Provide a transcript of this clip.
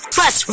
Plus